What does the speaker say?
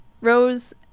rose